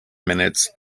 minutes